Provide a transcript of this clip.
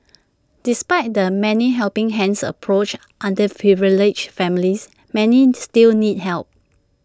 despite the 'many helping hands' approach underprivileged families many still need help